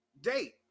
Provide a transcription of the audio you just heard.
date